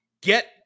get